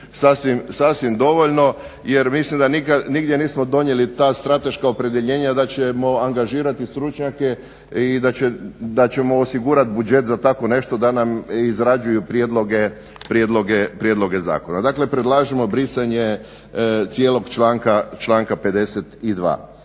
sasvim dovoljno, jer mislim da nigdje nismo donijeli ta strateška opredjeljenja da ćemo angažirati stručnjake i da ćemo osigurati buđet za tako nešto da nam izrađuju prijedloge zakona. Dakle, predlažemo brisanje cijelog članka 52.